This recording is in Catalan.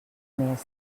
mes